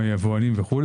מיבואנים וכו',